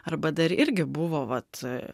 arba dar irgi buvo vat